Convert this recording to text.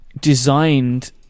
designed